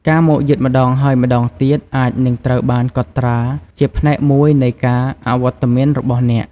ការមកយឺតម្តងហើយម្តងទៀតអាចនឹងត្រូវបានកត់ត្រាជាផ្នែកមួយនៃការអវត្តមានរបស់អ្នក។